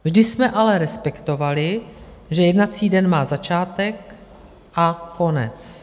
Vždy jsme ale respektovali, že jednací den má začátek a konec.